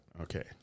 Okay